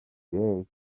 day